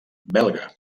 belga